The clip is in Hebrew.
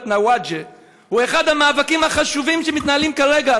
נוואג'ה הוא אחד המאבקים החשובים שמתנהלים כרגע,